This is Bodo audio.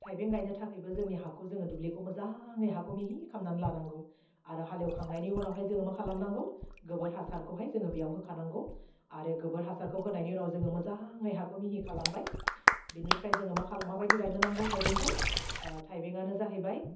थाइबें गायनो थाखैबो जोंनि हाखौ जोङो दुब्लिखौ मोजाङै हाखौ मिहि खालामना लानांगौ आरो हालेवखांनायनि उनावहाय जोङो मा खालामनांगौ गोबोर हासारखौहाय जोङो बेयाव होखांनांगौ आरो गोबोर हासारखौ होनायनि उनाव जोङो मोजाङै हाखौ मिहि खालामबाय बेनिफ्राय जोङो मा खाला माबायदि गायनो नांगौ थाइबेंखौ ओह थाइबेंआनो जाहैबाय